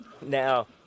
Now